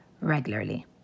regularly